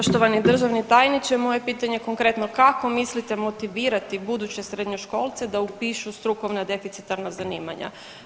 Poštovani državni tajniče moje je pitanje konkretno kako mislite motivirati buduće srednjoškolce da upišu strukovna deficitarna zanimanja?